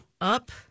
Up